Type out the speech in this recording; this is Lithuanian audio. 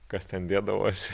kas ten dėdavosi